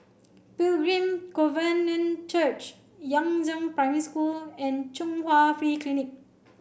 Pilgrim Covenant Church Yangzheng Primary School and Chung Hwa Free Clinic